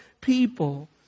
people